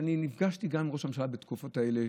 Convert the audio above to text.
אני נפגשתי גם עם ראש הממשלה בתקופות האלה.